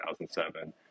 2007